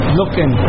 looking